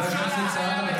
חבר הכנסת סעדה,